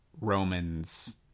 romans